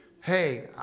hey